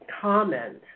comment